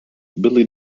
billy